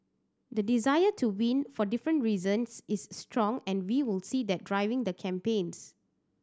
the desire to win for different reasons is strong and we will see that driving the campaigns